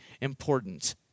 important